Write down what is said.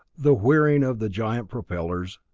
the whirring of the giant propellers,